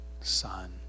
son